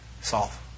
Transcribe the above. solve